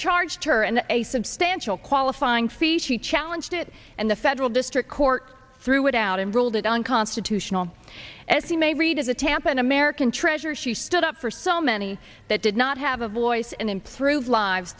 charged her and a substantial qualifying fee she challenged it and the federal district court threw it out in ruled it unconstitutional as you may read as a tampa an american treasure she stood up for so many that did not have a voice and improve lives